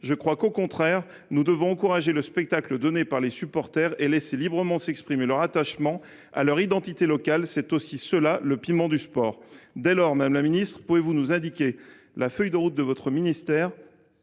devons au contraire encourager le spectacle offert par les supporters et les laisser librement exprimer leur attachement à leur identité locale. C’est aussi cela le piment du sport. Dès lors, madame la ministre, pouvez vous nous indiquer la feuille de route de votre ministère